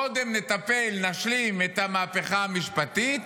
קודם נטפל, נשלים את המהפכה המשפטית,